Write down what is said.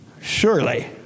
Surely